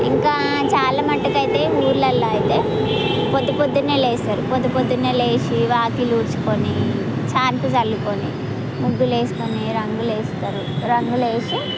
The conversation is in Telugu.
ఇంకా చాలా మట్టుకు అయితే ఊళ్ళలో అయితే పొద్దు పొద్దున్నే లేస్తారు పొద్దు పొద్దున్నే లేచి వాకిలి ఊడ్చుకొని సాన్పు చల్లుకొని ముగ్గులు వేసుకొని రంగులు వేస్తారు రంగులు వేసి